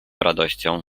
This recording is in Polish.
radością